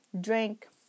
drink